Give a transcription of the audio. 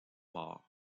mort